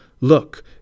Look